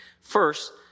First